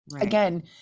Again